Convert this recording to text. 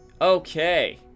Okay